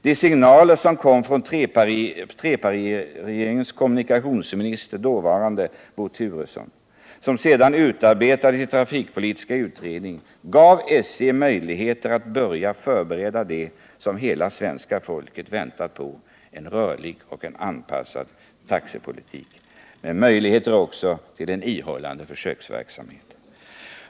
De signaler som kom från trepartiregeringens komunikationsminister, Bo Turesson, och som utarbetades i den trafikpolitiska utredningen gav SJ möjligheter att börja förbereda det som hela svenska folket väntar på: en rörlig och anpassad taxepolitik med möjligheter till ihållande försöksverksamhet.